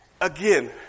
Again